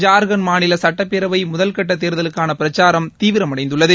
ஜார்க்கண்ட் மாநில சட்டப்பேரவை முதல்கட்ட தேர்தலுக்கான பிரச்சாரம் தீவிரமடைந்துள்ளது